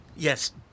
Yes